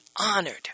honored